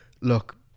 look